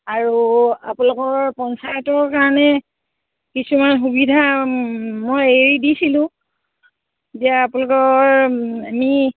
আৰু আপোনালোকৰ পঞ্চায়তৰ কাৰণে কিছুমান সুবিধা মই এৰি দিছিলো এতিয়া আপোনালোকৰ আমি